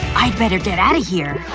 i'd better get outta here.